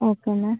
okay ma'am